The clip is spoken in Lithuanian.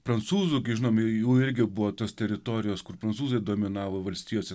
prancūzų gi žinom jų irgi buvo tos teritorijos kur prancūzai dominavo valstijose